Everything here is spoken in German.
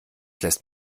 lässt